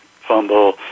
fumble